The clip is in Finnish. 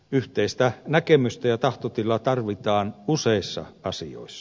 yhteistä näkemystä ja tahtotilaa tarvitaan useissa asioissa